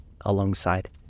alongside